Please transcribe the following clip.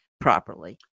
properly